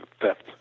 theft